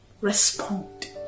respond